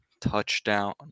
touchdown